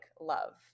love